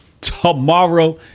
tomorrow